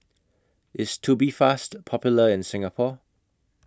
IS Tubifast Popular in Singapore